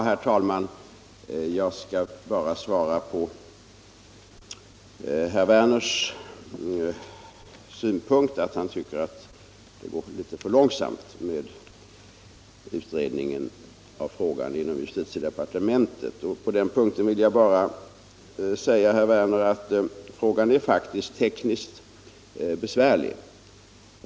Herr talman! Jag skall bara kommentera herr Werners synpunkt att justitiedepartementets utredning av frågan går för långsamt. Jag vill då säga att frågan faktiskt är tekniskt besvärlig.